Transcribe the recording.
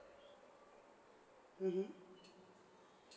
mmhmm